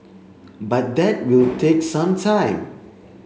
but that will take some time